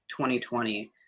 2020